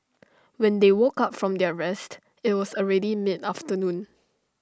when they woke up from their rest IT was already mid afternoon